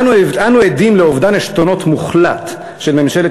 אנו עדים לאובדן עשתונות מוחלט של ממשלת